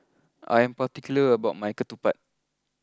I am particular about my Ketupat